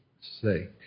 sake